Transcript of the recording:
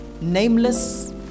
Nameless